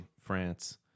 france